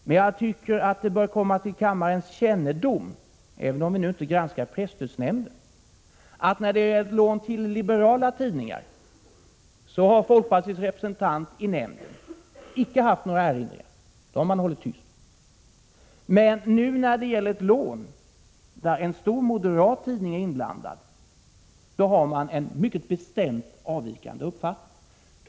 Men jag tycker att det bör komma till kammarens kännedom, även om vi nu inte granskar presstödsnämnden, att när det gäller lån till liberala tidningar har folkpartiets representant i nämnden icke haft några erinringar — då har man hållit tyst. Men nu när det gäller ett lån där en stor moderat tidning är inblandad har man en mycket bestämd, avvikande uppfattning.